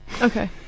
Okay